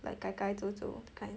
like gai gai 走走 kind